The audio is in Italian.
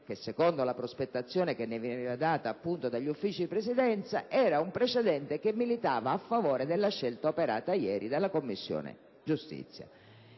che, secondo la prospettazione che ne veniva data, appunto, dagli Uffici della Presidenza, militava a favore della scelta operata ieri dalla Commissione giustizia.